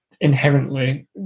inherently